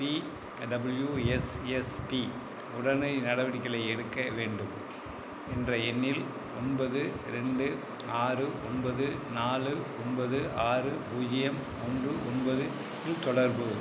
BWSSB உடனடி நடவடிக்கைகளை எடுக்க வேண்டும் என்ற எண்ணில் ஒன்பது ரெண்டு ஆறு ஒன்பது நாலு ஒன்பது ஆறு பூஜ்யம் ஒன்று ஒன்பதுக்கு தொடர்பு